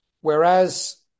whereas